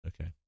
Okay